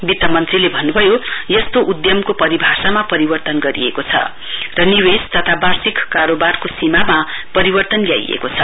वित्त मन्त्रीले भन्नुभयो यस्तो उधमको परिभाषामा परिवर्तन गरिएको छ र निवेशको तथा वार्षिक कोरोवारको सीमामा परिवर्तन ल्याइएको छ